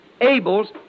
Abel's